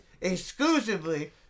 exclusively